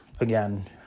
again